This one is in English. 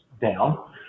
down